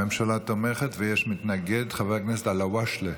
הממשלה תומכת ויש מתנגד, חבר הכנסת אלהואשלה.